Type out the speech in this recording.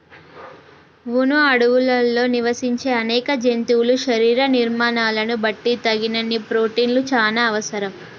వును అడవుల్లో నివసించే అనేక జంతువుల శరీర నిర్మాణాలను బట్టి తగినన్ని ప్రోటిన్లు చానా అవసరం